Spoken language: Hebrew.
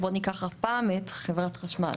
בוא ניקח הפעם את חברת חשמל,